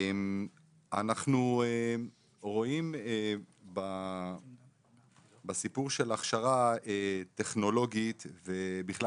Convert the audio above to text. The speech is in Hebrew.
אנחנו רואים בסיפור של הכשרה טכנולוגית ובכלל